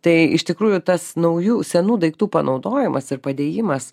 tai iš tikrųjų tas naujų senų daiktų panaudojimas ir padėjimas